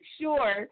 sure